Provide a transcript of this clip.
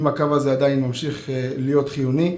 ולבדוק אם הקו ממשיך עדיין להיות חיוני.